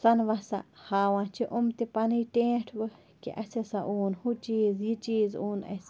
سۄنہٕ وَسا ہاوان چھِ یِم تہِ پَنٕنۍ ٹینٹھ وۄنۍ کہِ اسہِ ہسا اوٚن ہُہ چیٖز یہِ چیٖز اوٚن اسہِ